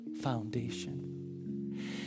foundation